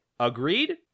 Agreed